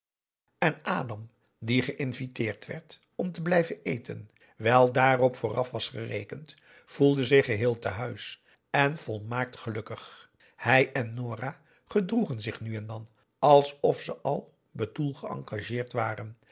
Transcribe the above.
en adam die geïnviteerd werd om te blijven eten wijl daarop vooraf was gerekend voelde zich geheel tehuis en volmaakt gelukkig hij en nora gedroegen zich nu en dan alsof ze al betoel geëngageerd waren